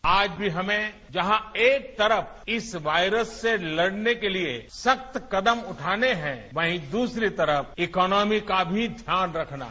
bite आज भी हमें जहां एक तरफ इस वायरस से लड़ने के लिए सख्त कदम उठाने हैं वहीं दूसरी तरफ इकॉनोमी का भी ध्यान रखना है